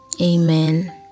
Amen